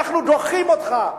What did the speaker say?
אנחנו דוחים אותך.